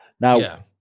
Now